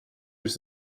use